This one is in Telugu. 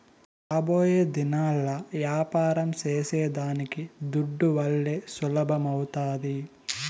రాబోయేదినాల్ల యాపారం సేసేదానికి దుడ్డువల్లే సులభమౌతాది